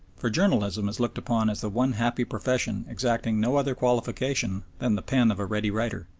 for journalism is looked upon as the one happy profession exacting no other qualification than the pen of a ready writer.